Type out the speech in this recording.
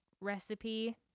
recipe